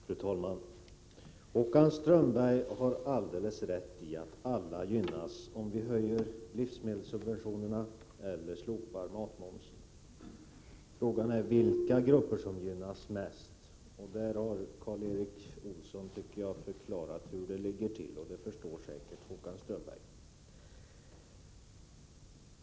Fru talman! Håkan Strömberg har alldeles rätt i att alla gynnas om vi höjer livsmedelssubventioner eller slopar matmomsen. Frågan är vilka grupper som gynnas mest. Karl Erik Olsson har förklarat hur det ligger till, och det förstår säkert Håkan Strömberg.